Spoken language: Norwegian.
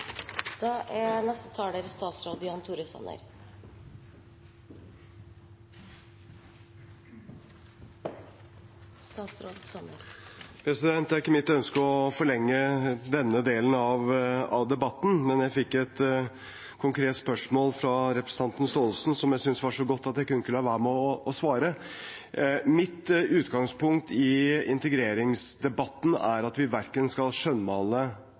Det er ikke mitt ønske å forlenge denne delen av debatten, men jeg fikk et konkret spørsmål fra representanten Gåsemyr Staalesen som jeg syntes var så godt at jeg ikke kunne la være å svare. Mitt utgangspunkt i integreringsdebatten er at vi verken skal skjønnmale